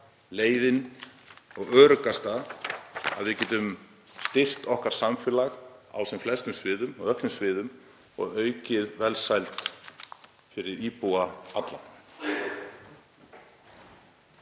leiðin til að við getum styrkt okkar samfélag á sem flestum sviðum, á öllum sviðum, og aukið velsæld fyrir íbúa alla.